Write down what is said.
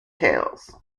tails